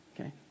Okay